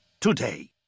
today